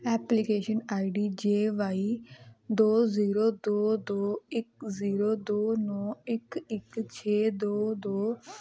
application I D ਜੇ ਵਾਈ ਦੋ ਜ਼ੀਰੋ ਦੋ ਦੋ ਇੱਕ ਜ਼ੀਰੋ ਦੋ ਨੌ ਇੱਕ ਇੱਕ ਛੇ ਦੋ ਦੋ